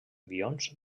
avions